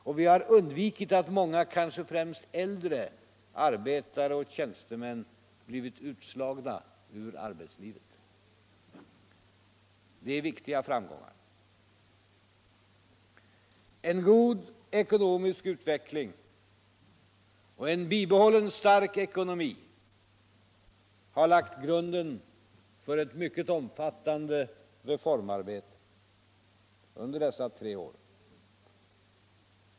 Och vi har undvikit att många, kanske främst äldre, arbetare och tjänstemän blivit utslagna från arbetslivet. Det är viktiga framgångar. En god ekonomisk utveckling och en bibehållen stark ekonomi har lagt grunden för ett mycket omfattande reformarbete under dessa tre år.